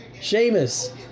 Sheamus